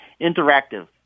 interactive